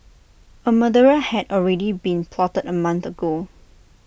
A murder had already been plotted A month ago